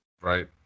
Right